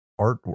artwork